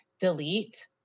delete